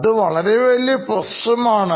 അത് വളരെ വലിയ പ്രശ്നമാണ്